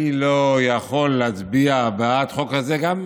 אני לא יכול להצביע בעד חוק כזה גם,